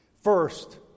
First